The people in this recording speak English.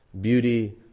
Beauty